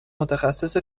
متخصص